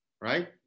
Right